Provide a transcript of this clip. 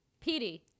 Petey